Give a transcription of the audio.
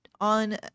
on